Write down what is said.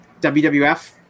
WWF